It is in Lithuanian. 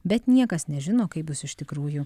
bet niekas nežino kaip bus iš tikrųjų